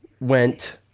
went